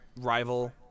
rival